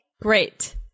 Great